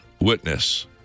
witness